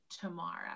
tomorrow